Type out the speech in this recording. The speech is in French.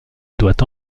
doit